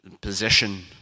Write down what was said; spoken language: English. position